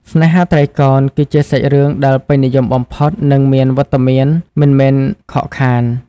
ស្នេហាត្រីកោណ គឺជាសាច់រឿងដែលពេញនិយមបំផុត និងមានវត្តមានមិនមែនខកខាន។